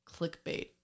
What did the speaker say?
Clickbait